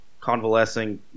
Convalescing